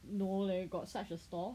no leh got such a store